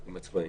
עם הצבעים.